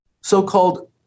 so-called